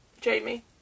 Jamie